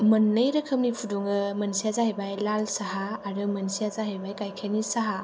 मोननै रोखोमनि फुदुङो मोनसेया जाहैबाय लाल साहा आरो मोनसेया जाहैबाय गाइखेरनि साहा